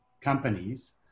companies